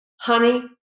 honey